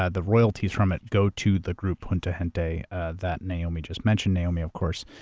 ah the royalties from it go to the group junte gente that naomi just mentioned. naomi, of course,